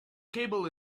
cable